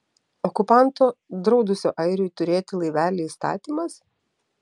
okupanto draudusio airiui turėti laivelį įstatymas